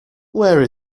where